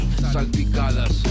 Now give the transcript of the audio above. salpicadas